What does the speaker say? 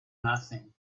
nothing